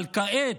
אבל כעת,